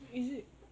is it